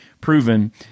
proven